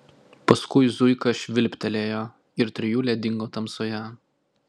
paskui zuika švilptelėjo ir trijulė dingo tamsoje